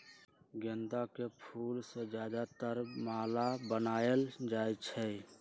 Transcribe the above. गेंदा के फूल से ज्यादातर माला बनाएल जाई छई